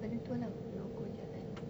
pergi jalan